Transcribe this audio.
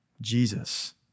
Jesus